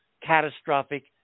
catastrophic